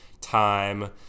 time